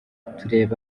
tureba